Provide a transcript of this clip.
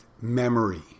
memory